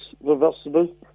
reversible